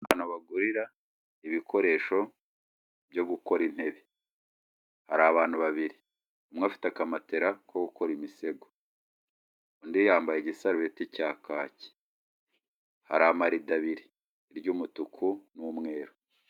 Ahantu bagurira ibikoresho byo gukora intebe, hari abantu babiri umwe afite akamatera ko gukora imisego undi yambaye igisareti cya kaki, hari amarido abiri iry'umutuku n'umweru.